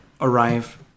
arrive